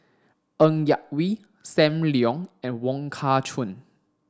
Ng Yak Whee Sam Leong and Wong Kah Chun